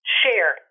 share